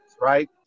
right